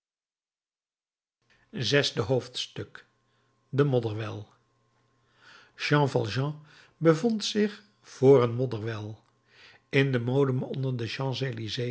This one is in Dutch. zesde hoofdstuk de modderwel jean valjean bevond zich voor een modderwel in den bodem onder de